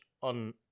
on